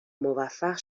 موفق